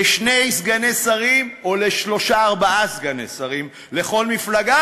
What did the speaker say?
לשני סגני שרים או לשלושה ארבעה סגני שרים לכל מפלגה,